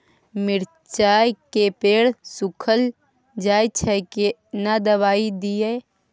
मिर्चाय के पेड़ सुखल जाय छै केना दवाई दियै?